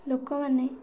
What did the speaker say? ଲୋକମାନେ